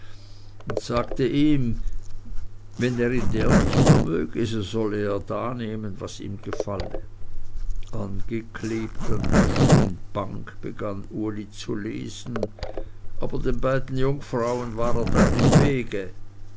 und sagte ihm wenn er in der nicht mehr möge so soll er da nehmen was ihm gefalle angeklebt an tisch und bank begann uli zu lesen aber den beiden jungfrauen war er da im wege